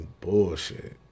bullshit